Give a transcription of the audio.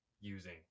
using